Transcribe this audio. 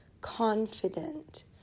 confident